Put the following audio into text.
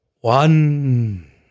One